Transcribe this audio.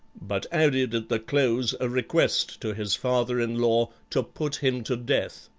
but added at the close a request to his father-in-law to put him to death.